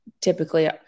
typically